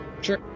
Sure